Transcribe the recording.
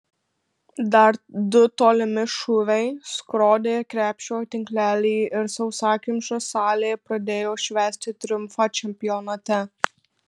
dar du tolimi šūviai skrodė krepšio tinklelį ir sausakimša salė pradėjo švęsti triumfą čempionate